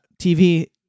TV